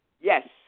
Yes